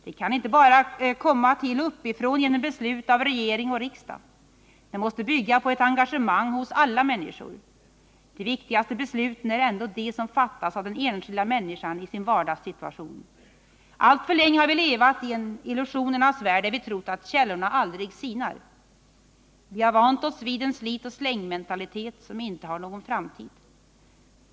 Det kan inte bara komma till uppifrån genom beslut av regering och riksdag. Det måste bygga på ett engagemang hos alla människor. De viktigaste besluten är ändå de som fattas av den enskilda människan i hennes vardagssituation. Alltför länge har vi levat i en illusionernas värld där vi trott att källorna aldrig sinar. Vi har vant oss vid en slit-och-släng-mentalitet som inte har någon framtid.